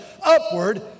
upward